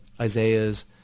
Isaiah's